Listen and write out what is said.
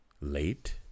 late